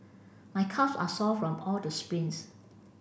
my calves are sore from all the sprints